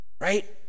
Right